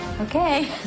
okay